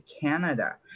Canada